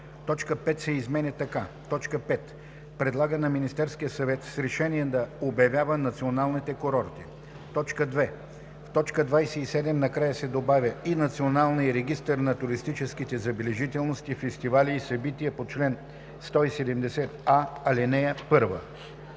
Точка 5 се изменя така: „5. предлага на Министерския съвет с решение да обявява национални курорти;“. 2. В т. 27 накрая се добавя „и Националния регистър на туристическите забележителности, фестивали и събития по чл. 170а, ал. 1“.